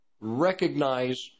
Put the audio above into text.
recognize